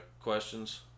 questions